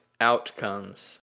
outcomes